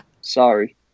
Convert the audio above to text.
Sorry